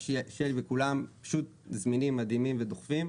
שלי וכולם פשוט זמינים מדהימים ודוחפים.